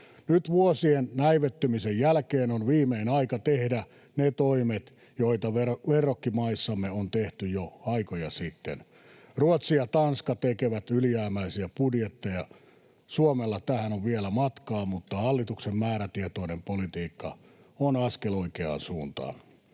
Nyt vuosien näivettymisen jälkeen on viimein aika tehdä ne toimet, joita verrokkimaissamme on tehty jo aikoja sitten. Ruotsi ja Tanska tekevät ylijäämäisiä budjetteja. Suomella tähän on vielä matkaa, mutta hallituksen määrätietoinen politiikka on askel oikeaan suuntaan.